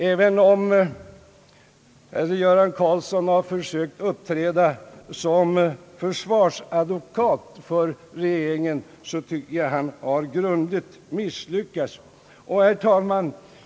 Även om herr Göran Karlsson sökt uppträda som försvarsadvokat för regeringen tycker jag att han har grundligt misslyckats.